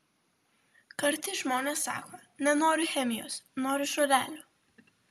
kartais žmonės sako nenoriu chemijos noriu žolelių